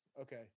Okay